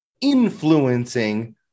influencing